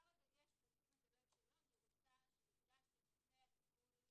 עיקר הדגש ותשומת הלב שלו אני רוצה שיוקדש לטיפול